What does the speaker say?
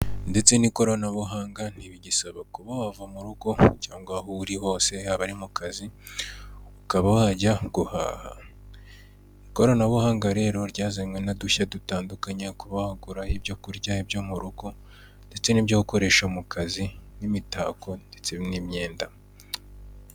Ububiko bwi'ibyokunywa bukubiyemo imitobe umuhondo, umutuku n'amata bubitse mu buryo bwo kugirango bukonjeshwe bukunze kwifashishwa n'abacuruzi kugira ibyo kunywa bidapfa kandi babishyikirize abaguzi bimeze neza.